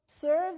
Serve